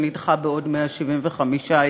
שנדחה בעוד 175 יום,